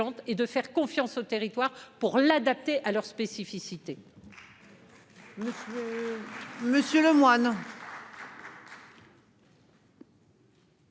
et de faire confiance aux territoires pour l'adapter à leurs spécificités.